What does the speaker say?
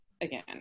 again